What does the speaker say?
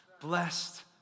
Blessed